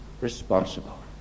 responsible